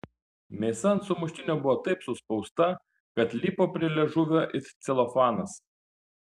mėsa ant sumuštinio buvo taip suspausta kad lipo prie liežuvio it celofanas